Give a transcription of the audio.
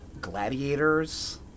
gladiators